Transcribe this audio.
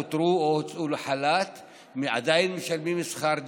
פוטרו או הוצאו לחל"ת ועדיין משלמים שכר דירה,